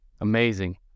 Amazing